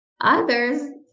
Others